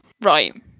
Right